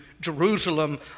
Jerusalem